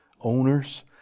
owners